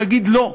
הוא יגיד: לא.